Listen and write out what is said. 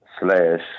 slash